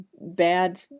bad